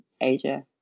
asia